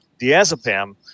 diazepam